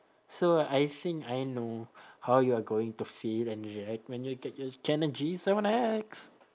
so I think I know how you are going to feel and react when you get your canon G seven X